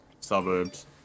suburbs